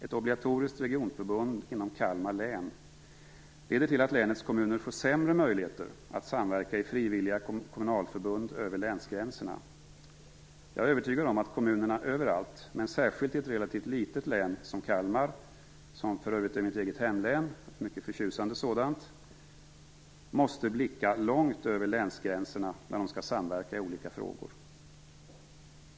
Ett obligatoriskt regionförbund inom Kalmar län leder till att länets kommuner får sämre möjligheter att samverka i frivilliga kommunalförbund över länsgränserna. Jag är övertygad om att kommunerna överallt, men särskilt i ett relativt litet län som Kalmar - som för övrigt är mitt hemlän och ett mycket förtjusande län - måste blicka långt över länsgränserna när de skall samverka i olika frågor.